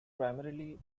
primarily